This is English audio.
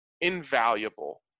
invaluable